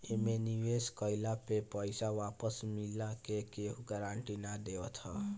एमे निवेश कइला पे पईसा वापस मिलला के केहू गारंटी ना देवत हअ